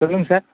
சொல்லுங்கள் சார்